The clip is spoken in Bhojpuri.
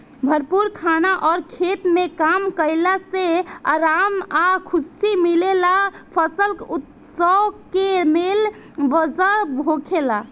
भरपूर खाना अउर खेत में काम कईला से आराम आ खुशी मिलेला फसल उत्सव के मेन वजह होखेला